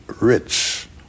rich